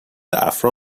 افرا